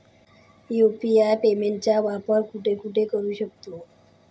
UPI पेमेंटचा वापर कुठे कुठे करू शकतो?